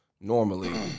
normally